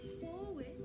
forward